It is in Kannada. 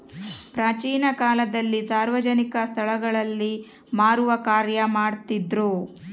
ಪ್ರಾಚೀನ ಕಾಲದಲ್ಲಿ ಸಾರ್ವಜನಿಕ ಸ್ಟಳಗಳಲ್ಲಿ ಮಾರುವ ಕಾರ್ಯ ಮಾಡ್ತಿದ್ರು